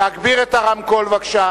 שר הביטחון,